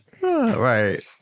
Right